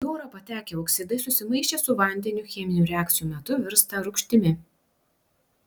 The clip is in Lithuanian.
į orą patekę oksidai susimaišę su vandeniu cheminių reakcijų metu virsta rūgštimi